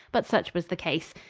but such was the case.